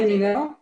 אמינים וכדי